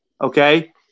Okay